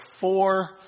four